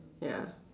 ya